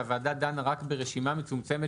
אמרתי שהוועדה דנה רק ברשימה מצומצמת